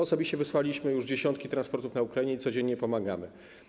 Osobiście wysłaliśmy już dziesiątki transportów na Ukrainę, codziennie pomagamy.